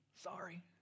sorry